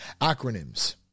Acronyms